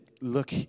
look